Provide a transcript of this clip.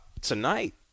Tonight